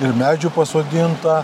ir medžių pasodinta